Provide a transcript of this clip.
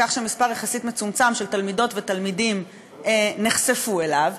כך שמספר מצומצם יחסית של תלמידות ותלמידים נחשפו אליו.